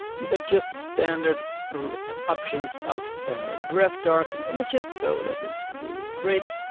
these are just standard options of gravatars and images, so this is really great.